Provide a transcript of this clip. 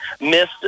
missed